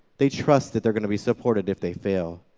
they trust that they are going to be supported if they fail.